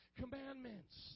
commandments